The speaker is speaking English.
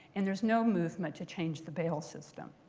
and there is no movement to change the bail system.